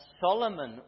Solomon